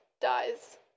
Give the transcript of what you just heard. dies